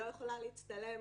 אני לא יכולה להצטלם